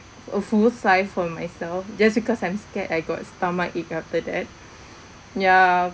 a full size for myself just because I'm scared I got stomach ache after that ya